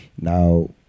Now